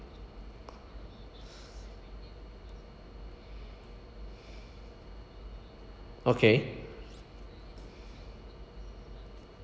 okay